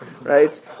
Right